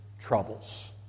troubles